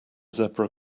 zebra